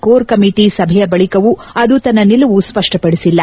core committee ಸಭೆಯ ಬಳಿಕವೂ ಅದು ತನ್ನ ನಿಲುವು ಸ್ಪಷ್ಟಪಡಿಸಿಲ್ಲ